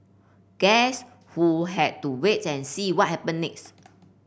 guess who had to wait and see what happen next